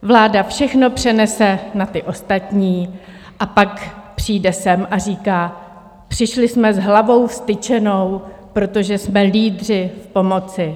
Vláda všechno přenese na ty ostatní a pak přijde sem a říká: Přišli jsme s hlavou vztyčenou, protože jsme lídři pomoci.